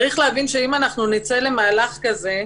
צריך להבין שאם אנחנו נצא למהלך כזה.